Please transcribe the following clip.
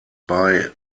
bei